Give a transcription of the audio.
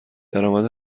درآمد